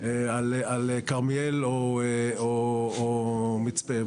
על כרמיאל או מצפה.